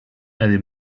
eddie